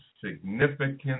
significant